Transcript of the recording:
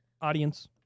audience